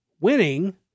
winning